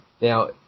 Now